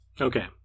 Okay